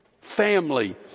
family